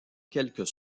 quelques